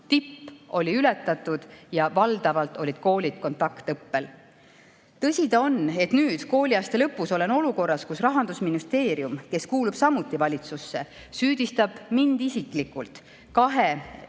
Tipp oli ületatud ja valdavalt olid koolid kontaktõppel. Tõsi ta on, et nüüd, kooliaasta lõpus, olen olukorras, kus Rahandusministeerium, kes kuulub samuti valitsusse, süüdistab mind isiklikult kahes